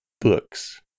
books